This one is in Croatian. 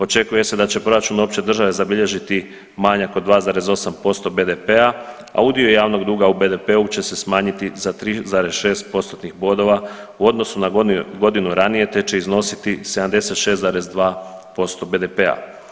Očekuje se da će proračun opće države zabilježiti manjak od 2,8% BDP-a a udio javnog duga u BDP-u će se smanjiti za 3,6%-tnih bodova u odnosu na godinu ranije te će iznositi 76,% BDP-a.